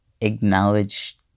acknowledge